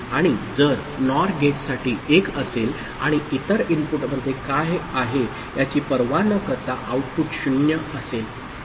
आणि जर NOR गेटसाठी 1 असेल आणि इतर इनपुटमध्ये काय आहे याची पर्वा न करता आउटपुट 0 असेल